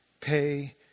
pay